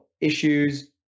issues